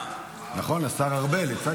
אני תלמידו של הרב בן צור.